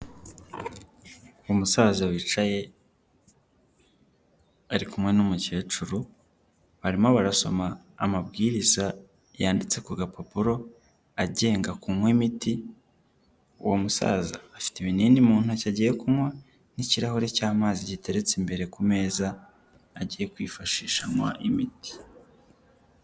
Umusaza wicaye ari kumwe n'umukecuru barimo barasoma amabwiriza yanditse ku gapapuro, agenga kunywa imiti uwo musaza afite ibinini mu ntoki agiye kunywa n'ikirahure cy'amazi giteretse imbere ku meza agiye kwifashishanywa imiti.